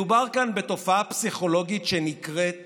מדובר כאן בתופעה פסיכולוגית שנקראת